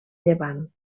llevant